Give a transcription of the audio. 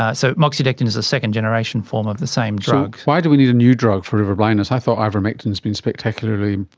ah so moxidectin is a second generation form of the same drug. so why do we need a new drug for river blindness. i thought ivermectin's been spectacularly